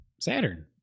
Saturn